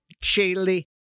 chili